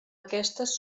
aquestes